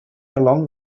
along